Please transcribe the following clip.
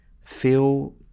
Feel